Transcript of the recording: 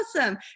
Awesome